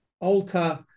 alter